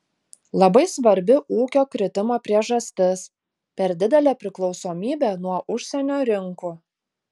labai svarbi ūkio kritimo priežastis per didelė priklausomybė nuo užsienio rinkų